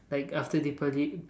like after Deepali